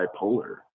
bipolar